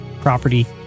property